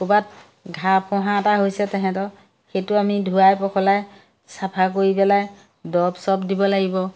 ক'ৰবাত ঘাঁ ফোহা এটা হৈছে তাঁহাতৰ সেইটো আমি ধোৱাই পখলাই চাফা কৰি পেলাই দৰৱ চব দিব লাগিব